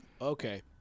okay